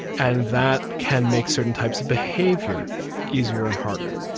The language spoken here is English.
and that can make certain types of behaviour easier and harder.